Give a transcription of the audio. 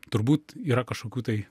turbūt yra kažkokių tai